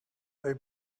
they